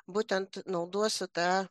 būtent naudosiu tą